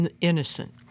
innocent